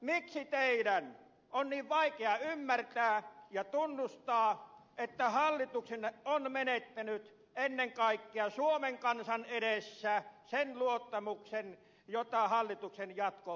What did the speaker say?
miksi teidän on niin vaikea ymmärtää ja tunnustaa että hallituksenne on menettänyt ennen kaikkea suomen kansan edessä sen luottamuksen jota hallituksen jatko edellyttäisi